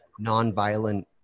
nonviolent